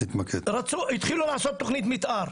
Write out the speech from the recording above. התחילו לעשות תכנית מתאר,